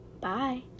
Bye